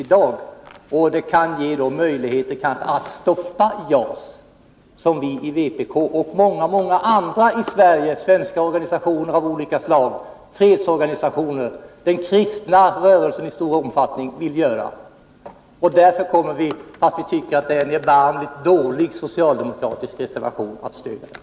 Ett uppskov kan kanske också ge oss möjlighet att stoppa JAS, vilket vi i vpk och många andra svenska organisationer av olika slag — bl.a. fredsorganisationer och i stor omfattning den kristna rörelsen — vill göra. Därför kommer vi, fast vi tycker att det är en erbarmligt dålig socialdemokratisk reservation, att stödja den.